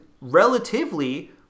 relatively